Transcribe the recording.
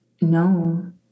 no